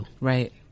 right